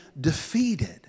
defeated